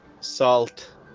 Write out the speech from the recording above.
salt